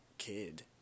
kid